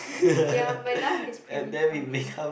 ya my life is pretty funny